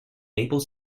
maple